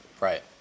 right